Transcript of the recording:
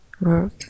work